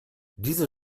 diese